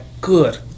good